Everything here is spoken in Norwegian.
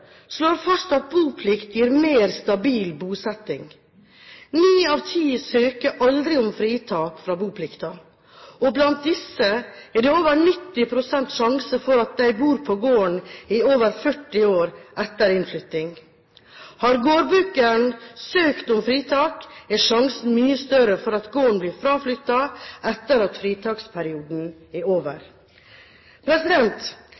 slår fast at boplikt gir mer stabil bosetting. Ni av ti søker aldri om fritak fra boplikten, og blant disse er det over 90 pst. sjanse for at de bor på gården i over 40 år etter innflytting. Har gårdbrukeren søkt om fritak, er sjansen mye større for at gården blir fraflyttet etter at fritaksperioden er over.